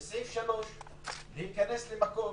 בסעיף (3): להיכנס למקום,